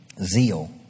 Zeal